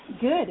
Good